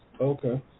Okay